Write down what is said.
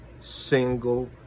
single